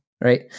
right